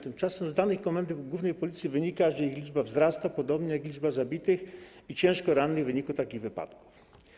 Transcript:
Tymczasem z danych Komendy Głównej Policji wynika, że ich liczba wzrasta, podobnie jak liczba zabitych i ciężko rannych w wyniku takich wypadków.